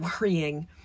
worrying